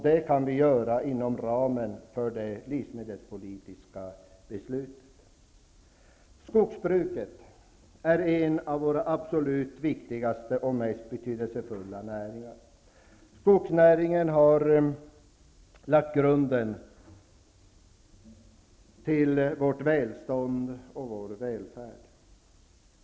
Det kan vi göra inom ramen för det livsmedelspolitiska beslutet. Skogsbruket är en av våra absolut viktigaste och mest betydelsefulla näringar. Skogsnäringen har lagt grunden till vårt välstånd och vår välfärd.